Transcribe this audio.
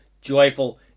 joyful